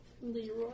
Leroy